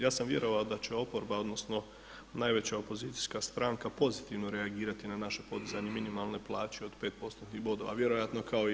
Ja sam vjerovao da će oporba, odnosno najveća opozicijska stranka pozitivno reagirati na naše podizanje minimalne plaće od 5%-tnih bodova a vjerojatno kao i vi.